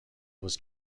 was